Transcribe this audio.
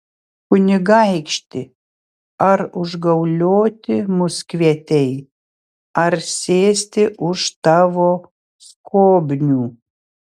kunigaikšti ar užgaulioti mus kvietei ar sėsti už tavo skobnių